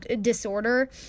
disorder